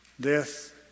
Death